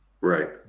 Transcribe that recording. right